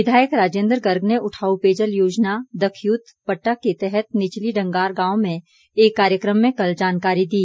विधायक राजेन्द्र गर्ग ने उठाऊ पेयजल योजना दखयूत पटा के तहत निचली डंगार गांव में एक कार्यक्रम में कल जानकारी दी